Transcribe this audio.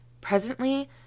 Presently